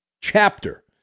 chapter